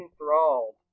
enthralled